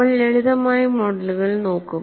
നമ്മൾ ലളിതമായ മോഡലുകൾ നോക്കും